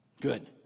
Good